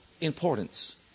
importance